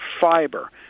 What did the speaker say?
fiber